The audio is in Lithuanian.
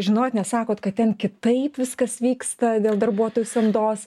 žinot nes sakot kad ten kitaip viskas vyksta dėl darbuotojų samdos